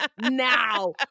now